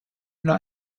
not